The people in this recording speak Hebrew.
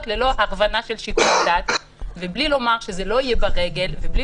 ללא הכוונה של שיקול דעת ובלי לומר שזה לא יהיה ברגל ובלי